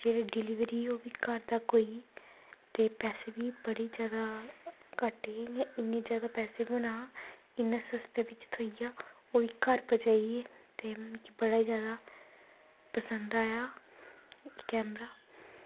जेह्ड़ी डलिवरी ही ओह् बी घर तक होई ते पैसे बी बड़े जैदा घट्ट हे इ'यां इन्ने जैदा बी पैसे नेईं हे इन्ना सस्ते बिच्च थ्होइया ओह् बी घर पजाइयै ते मिगी बड़ा गै जैदा पसंद आया कैमरा